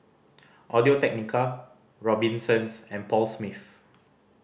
Audio Technica Robinsons and Paul Smith